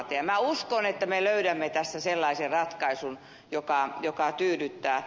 minä uskon että me löydämme tässä sellaisen ratkaisun joka tyydyttää